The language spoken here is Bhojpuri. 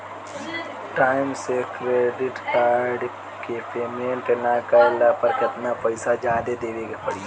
टाइम से क्रेडिट कार्ड के पेमेंट ना कैला पर केतना पईसा जादे देवे के पड़ी?